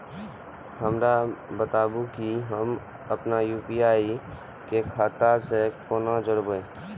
हमरा बताबु की हम आपन यू.पी.आई के खाता से कोना जोरबै?